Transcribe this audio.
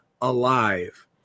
alive